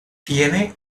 tiene